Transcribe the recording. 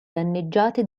danneggiate